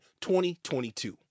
2022